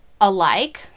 alike